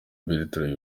bertrand